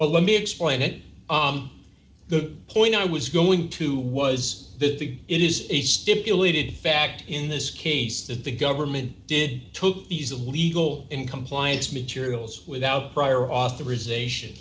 well let me explain it the point i was going to was that the it is a stipulated fact in this case that the government did took these the legal in compliance materials without prior authorization